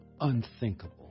unthinkable